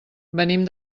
venim